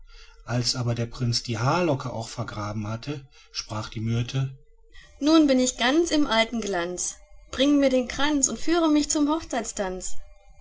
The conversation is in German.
als aber der prinz die haarlocke auch vergraben hatte sprach die myrte nun bin ich ganz im alten glanz bring mir den kranz und führe mich zum hochzeitstanz